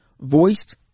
voiced